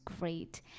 great